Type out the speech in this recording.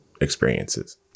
experiences